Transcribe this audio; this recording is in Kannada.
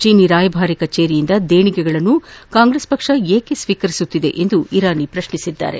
ಚೀನೀ ರಾಯಭಾರ ಕಚೇರಿಯಿಂದ ದೇಣಿಗೆಗಳನ್ನು ಕಾಂಗೆಸ್ ಏಕೆ ಸ್ಸೀಕರಿಸುತ್ತಿದೆ ಎಂದು ಇರಾನಿ ಪ್ರಶ್ನಿಸಿದ್ದಾರೆ